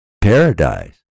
paradise